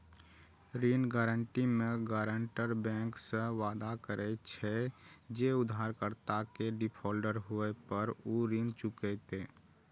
ऋण गारंटी मे guarantor bank सं वादा करे छै, जे उधारकर्ता के डिफॉल्टर होय पर ऊ ऋण चुकेतै